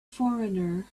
foreigner